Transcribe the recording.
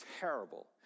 terrible